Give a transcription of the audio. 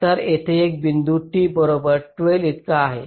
तर येथे हा बिंदू t बरोबर 12 इतका आहे